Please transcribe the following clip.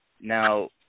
Now